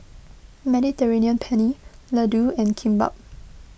Mediterranean Penne Ladoo and Kimbap